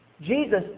Jesus